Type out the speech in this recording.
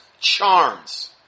Charms